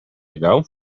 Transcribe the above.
ago